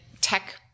tech